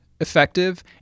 effective